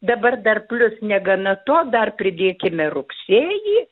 dabar dar plius negana to dar pridėkime rugsėjį